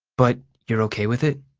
but you're okay with it?